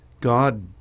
God